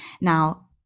now